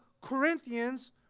Corinthians